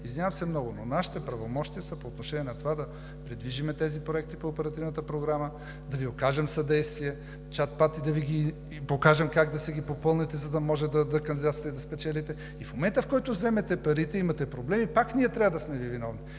Извинявам се много, но нашите правомощия са по отношение на това да придвижим тези проекти по Оперативната програма, да Ви окажем съдействие, чат-пат и да Ви покажем как да си ги попълните, за да може да кандидатствате и да спечелите. В момента, в който вземете парите, имате проблеми, пак ние трябва да сме Ви виновни?!